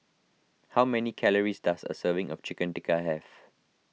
how many calories does a serving of Chicken Tikka have